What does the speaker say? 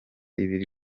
ibiri